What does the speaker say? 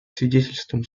свидетельством